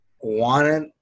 wanted